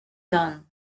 gunn